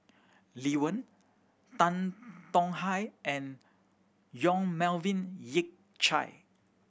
Lee Wen Tan Tong Hye and Yong Melvin Yik Chye